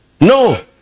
no